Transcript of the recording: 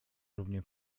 równie